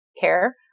care